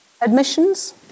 Admissions